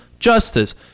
justice